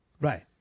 Right